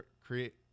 create